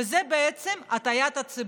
זה בעצם הטעיית הציבור.